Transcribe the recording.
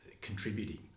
contributing